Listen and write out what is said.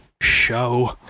show